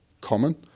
common